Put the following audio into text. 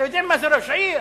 אתה יודע מה זה ראש עיר?